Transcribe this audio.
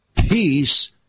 peace